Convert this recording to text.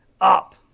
up